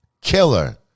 Killer